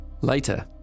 Later